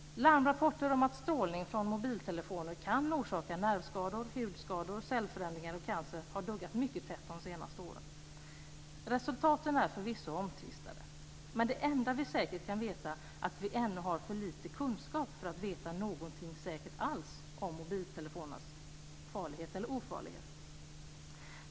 Larmrapporter om att strålning från mobiltelefoner kan orsaka nervskador, hudskador, cellförändringar och cancer har duggat mycket tätt de senaste åren. Resultaten är förvisso omtvistade. Men det enda vi säkert kan veta är att vi ännu har för lite kunskap för att veta någonting säkert alls om mobiltelefonernas farlighet eller ofarlighet.